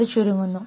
അത് ചുരുങ്ങുന്നു